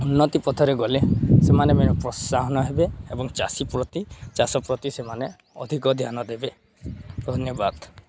ଉନ୍ନତି ପଥରେ ଗଲେ ସେମାନେ ପ୍ରୋତ୍ସାହନ ହେବେ ଏବଂ ଚାଷୀ ପ୍ରତି ଚାଷ ପ୍ରତି ସେମାନେ ଅଧିକ ଧ୍ୟାନ ଦେବେ ଧନ୍ୟବାଦ